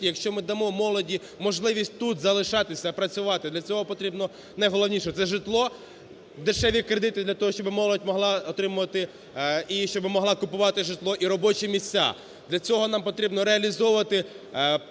якщо ми дамо молоді можливість тут залишатися працювати для цього потрібно найголовніше - це житло, дешеві кредити для того, щоб молодь отримувати і, щоб могла купувати житло і робочі місця. Для цього нам потрібно реалізовувати